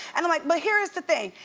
and i'm like, but here is the thing.